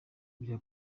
vya